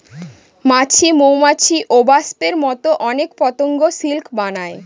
মাছি, মৌমাছি, ওবাস্পের মতো অনেক পতঙ্গ সিল্ক বানায়